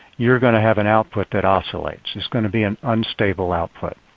you're going to have an output that oscillates. it's going to be an unstable output.